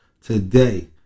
today